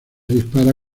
dispara